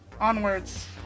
onwards